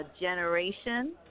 Generation